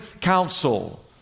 council